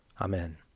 Amen